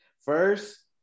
first